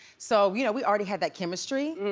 so you know we already had that chemistry.